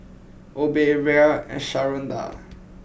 Obe Rhea and Sharonda